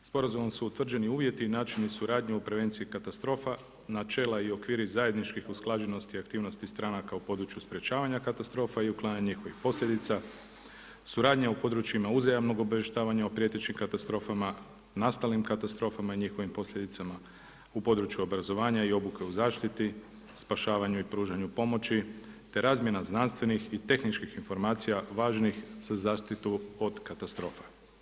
Sporazumom su utvrđeni uvjeti, način suradnje u prevenciji katastrofa, načela i okviri zajedničkih usklađenosti aktivnosti stranka u području sprečavanja katastrofa i uklanjanju njihovih posljedica, suradnja u područjima uzajamnog obavještavanja o prijetećim katastrofama, nastalim katastrofama i njihovim posljedicama u području obrazovanja i obuke u zaštiti, spašavanju i pružanju pomoći te razmjena znanstvenih i tehničkih informacija uvaženih za zaštitu od katastrofa.